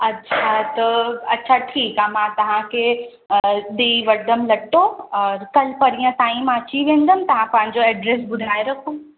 अच्छा त अच्छा ठीकु आहे मां तव्हां खे ॾई वठंदमि लटो और कल्ह परीहं ताईं मां अची वेंदमि तव्हां पंहिंजो एड्रेस ॿुधाए रखो